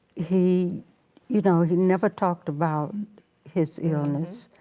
he you know, he never talked about his illness.